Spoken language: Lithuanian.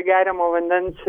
geriamo vandens